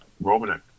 Roman